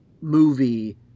movie